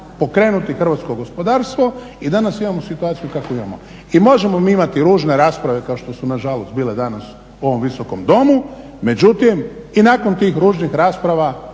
pokrenuti hrvatsko gospodarstvo i danas imamo situaciju kakvu imamo. I možemo mi imati ružne rasprave kao što su nažalost bile danas u ovom Visokom domu međutim i nakon tih ružnih rasprava